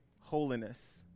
holiness